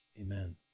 Amen